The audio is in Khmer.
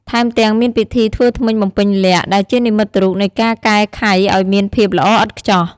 ថែមទាំង មានពិធីធ្វើធ្មេញបំពេញលក្ខណ៍ ដែលជានិមិត្តរូបនៃការកែខៃឱ្យមានភាពល្អឥតខ្ចោះ។